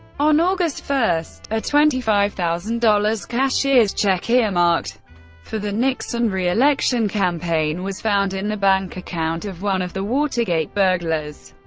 on august one, a twenty five thousand dollars cashier's check earmarked for the nixon re-election campaign was found in the bank account of one of the watergate burglars.